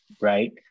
right